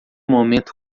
momento